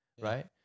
right